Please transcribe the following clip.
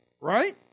right